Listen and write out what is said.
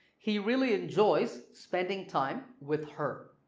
he really enjoys spending time with her.